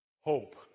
Hope